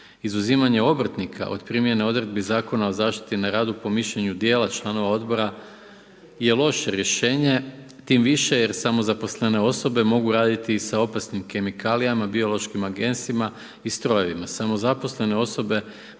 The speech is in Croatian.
Izuzimanje obrtnika od primjene odredbi Zakona o zaštiti na radu, po mišljenju dijela članova Odbora je loše rješenje tim više jer samozaposlene osobe mogu raditi i sa opasnim kemikalijama, biološkim agensima i strojevima.